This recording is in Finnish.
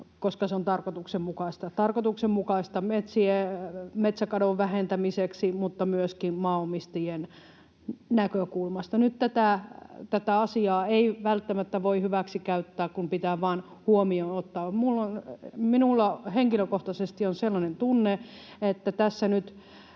koska se on tarkoituksenmukaista metsäkadon vähentämiseksi mutta myöskin maanomistajien näkökulmasta. Nyt tätä asiaa ei välttämättä voi hyväksikäyttää, kun pitää vain huomioonottaa. Minulla henkilökohtaisesti on sellainen tunne, että tässä nyt